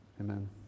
Amen